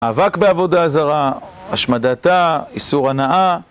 אבק בעבודה זרה, השמדתה, איסור הנאה